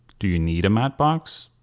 do you need a matte box?